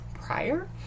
prior